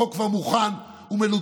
החוק כבר מוכן, הוא מלוטש.